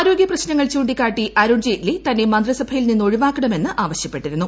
ആരോഗ്യപ്രെ് ്വേൾ ചൂണ്ടിക്കാട്ടി അരുൺ ജയ്റ്റ്ലി തന്നെ മന്ത്രിസഭയിൽ നിന്ന് ഒഴിവാക്കണമെന്ന് ആവശൃപ്പെട്ടിരുന്നു